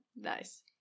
Nice